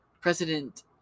president